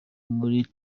muri